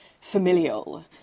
familial